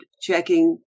checking